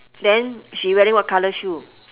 then she wearing what colour shoe